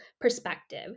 perspective